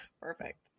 Perfect